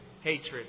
Hatred